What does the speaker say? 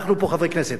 אנחנו פה חברי כנסת,